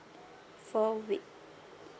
four week